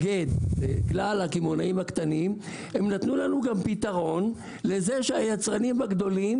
הקמעונאים להתאגד הם נתנו פתרון לזה שהיצרנים הגדולים